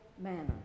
manner